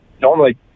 normally